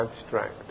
abstract